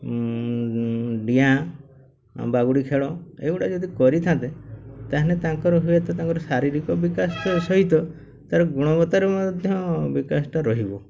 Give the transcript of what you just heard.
ଡିଆଁ ବାଗୁଡ଼ି ଖେଳ ଏଗୁଡ଼ା ଯଦି କରିଥାନ୍ତେ ତା'ହେଲେ ତାଙ୍କର ହୁଏତ ତାଙ୍କର ଶାରୀରିକ ବିକାଶ ସହିତ ତା'ର ଗୁଣବତ୍ତାର ମଧ୍ୟ ବିକାଶଟା ରହିବ